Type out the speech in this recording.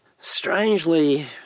strangely